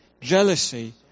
jealousy